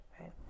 right